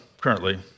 currently